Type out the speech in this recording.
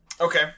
Okay